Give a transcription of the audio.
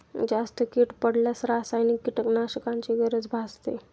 जास्त कीड पडल्यास रासायनिक कीटकनाशकांची गरज भासते